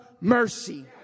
mercy